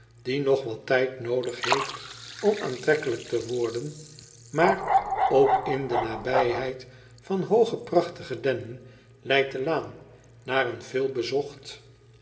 die nog wat tijd noodig heeft om aantrekkelijk te worden maar ook in de nabijheid van hooge prachtige dennen leidt de laan naar een